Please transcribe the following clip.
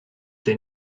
they